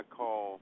call